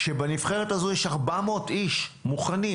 שבנבחרת הזו יש 400 איש מוכנים.